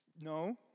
no